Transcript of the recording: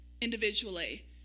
individually